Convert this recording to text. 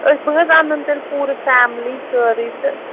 أسۍ بہٕ حظ اَنن تیٚلہِ پوٗرٕ فیملی سٲرٕے تہٕ